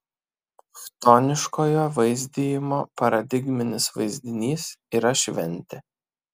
chtoniškojo vaizdijimo paradigminis vaizdinys yra šventė